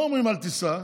לא אומרים "אל תיסע",